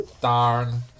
Darn